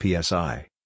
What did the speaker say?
PSI